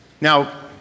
Now